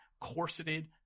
corseted